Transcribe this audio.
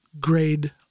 grade